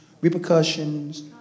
repercussions